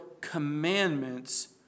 commandments